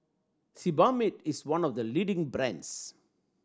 Sebamed is one of the leading brands